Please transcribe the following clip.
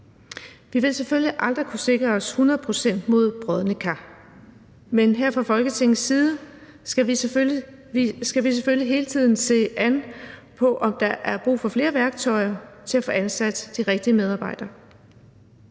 Vi vil selvfølgelig aldrig kunne sikre os hundrede procent mod brodne kar, men her fra Folketingets side skal vi selvfølgelig hele tiden se på, om der er brug for flere værktøjer til at få ansat de rigtige medarbejdere.